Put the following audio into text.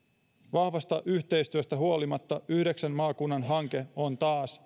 vahvasta yhteistyöstä huolimatta yhdeksän maakunnan hanke on taas